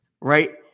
right